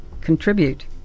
contribute